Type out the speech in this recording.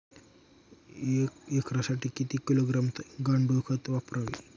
एक एकरसाठी किती किलोग्रॅम गांडूळ खत वापरावे?